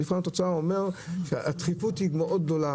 מבחן התוצאה אומר שהדחיפות היא מאוד גדולה,